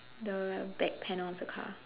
the back panel of the car